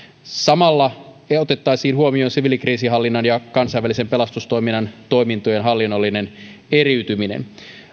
samalla otettaisiin huomioon siviilikriisinhallinnan ja kansainvälisen pelastustoiminnan toimintojen hallinnollinen eriytyminen